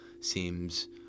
seems